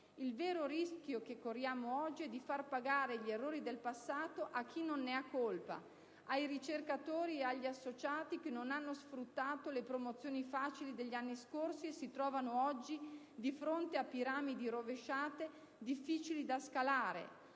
Il vero rischio che corriamo oggi è di far pagare gli errori del passato a chi non ne ha colpa: ai ricercatori e agli associati che non hanno sfruttato le promozioni facili degli anni scorsi e si trovano oggi di fronte a piramidi rovesciate difficili da scalare;